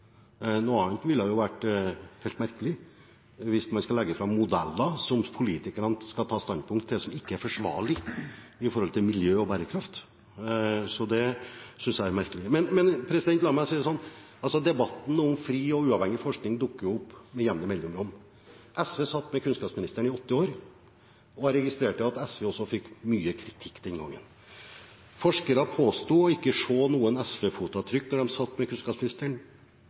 Noe annet ville vært helt merkelig – hvis man skulle legge fram modeller som politikerne skal ta standpunkt til, og som ikke er forsvarlig i forhold til miljø og bærekraft. Det synes jeg er merkelig. Men la meg si det sånn: Debatten om fri og uavhengig forskning dukker opp med jevne mellomrom. SV satt med kunnskapsministeren i åtte år, og jeg registrerte at også SV fikk mye kritikk den gangen. Forskere påsto å ikke se noen SV-fotavtrykk da de satt med kunnskapsministeren.